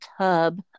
tub